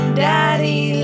daddy